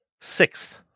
sixth